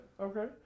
okay